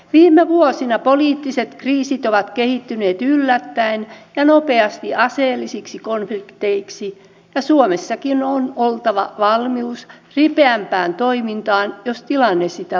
viime vuosina poliittiset kriisit ovat kehittyneet yllättäen ja nopeasti aseellisiksi konflikteiksi ja suomessakin on oltava valmius ripeämpään toimintaan jos tilanne sitä vaatii